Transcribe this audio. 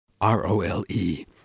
R-O-L-E